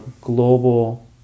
global